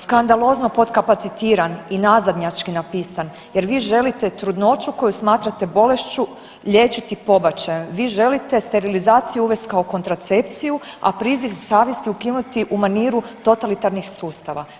skandalozno potkapacitiran i nazadnjački napisan jer vi želite trudnoću koju smatrate bolešću liječiti pobačajem, vi želite sterilizaciju uvest kao kontracepciju, a priziv savjesti ukinuti u maniru totalitarnih sustava.